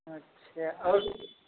अच्छा और